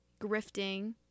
grifting